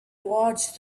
watched